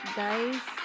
guys